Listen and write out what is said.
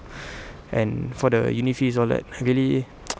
and for the uni fees all that I really